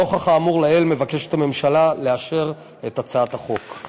נוכח האמור לעיל, הממשלה מבקשת לאשר את הצעת החוק.